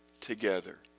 together